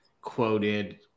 quoted